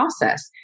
process